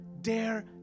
dare